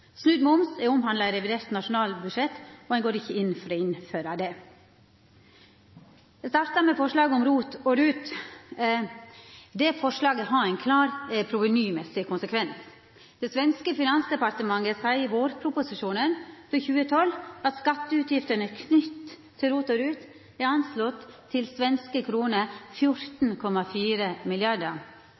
moms er omhandla i revidert nasjonalbudsjett, og ein går ikkje inn for å innføra det. Eg startar med forslaget om ROT og RUT. Det forslaget har ein klar provenymessig konsekvens. Det svenske finansdepartementet seier i vårproposisjonen for 2012 at skatteutgiftene knytte til ROT og RUT er anslått til 14,4 mrd. svenske kroner.